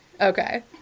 Okay